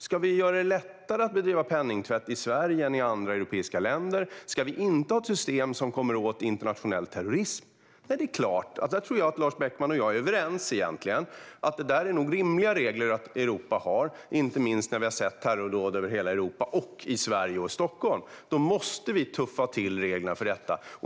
Ska vi göra det lättare att bedriva penningtvätt i Sverige än i andra europeiska länder? Ska vi vara utan ett system som kommer åt internationell terrorism? Nej, det är klart att vi inte ska. Jag tror att Lars Beckman och jag egentligen är överens om att det är rimligt att Europa har dessa regler, inte minst när vi har sett terrordåd över hela Europa och i Sverige och Stockholm. Då måste vi tuffa till reglerna för detta.